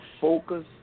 focus